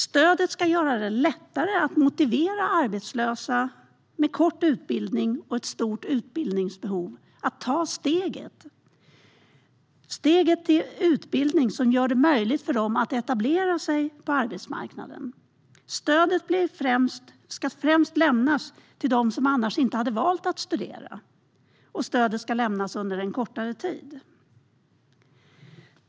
Stödet ska göra det lättare att motivera arbetslösa med kort utbildning och ett stort utbildningsbehov att ta steget över till utbildning som gör det möjligt för dem att etablera sig på arbetsmarknaden. Stödet ska främst lämnas till dem som inte annars hade valt att studera, och det ska lämnas under en kortare tid.